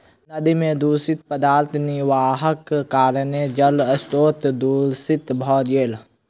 नदी में दूषित पदार्थ निर्वाहक कारणेँ जल स्त्रोत दूषित भ गेल